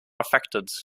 affected